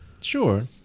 Sure